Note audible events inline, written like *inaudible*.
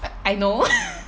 i~ I know *laughs*